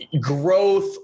growth